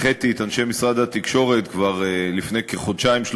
הנחיתי את אנשי משרד התקשורת כבר לפני כחודשיים,